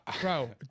Bro